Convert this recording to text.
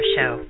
Show